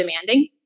demanding